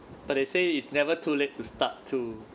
but they say it's never too late to start to